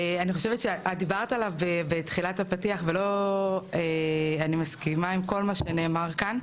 אני חושבת שדיברת עליו בתחילת הפתיח ואני מסכימה עם כל מה שנאמר כאן,